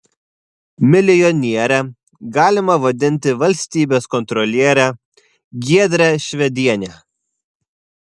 milijoniere galima vadinti valstybės kontrolierę giedrę švedienę